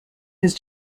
his